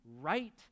right